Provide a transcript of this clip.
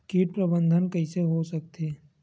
कीट प्रबंधन कइसे हो सकथे?